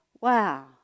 Wow